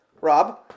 Rob